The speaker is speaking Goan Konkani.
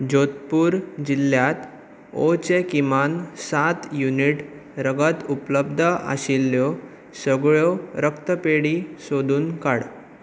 जोधपूर जिल्ल्यांत ओ चे किमान सात युनिट रगत उपलब्ध आशिल्ल्यो सगळ्यो रक्तपेढी सोदून काड